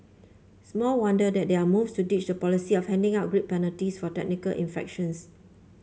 small wonder that there are moves to ditch the policy of handing out grid penalties for technical infractions